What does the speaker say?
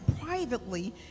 privately